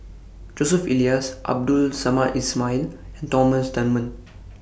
Joseph Elias Abdul Samad Ismail Thomas Dunman